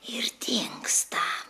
ir dingsta